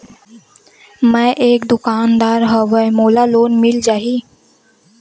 मै एक दुकानदार हवय मोला लोन मिल जाही?